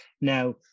Now